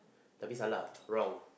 wrong